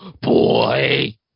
boy